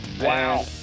Wow